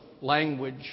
language